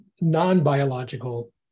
non-biological